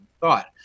thought